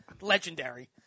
Legendary